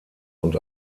und